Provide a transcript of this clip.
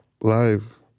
live